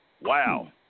Wow